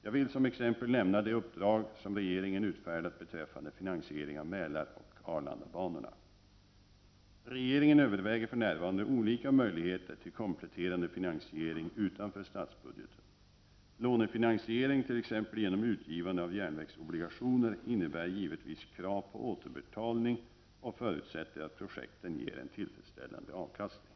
Jag vill som exempel nämna de uppdrag som regeringen utfärdat beträffande finanseringen av Maälaroch Arlandabanorna. Regeringen överväger för närvarande olika möjligheter till kompletterande finansiering utanför statsbudgeten. Lånefinansiering, t.ex. genom utgivning av järnvägsobligationer, innebär givetvis krav på återbetalning och förutsätter att projekten ger en tillfredsställande avkastning.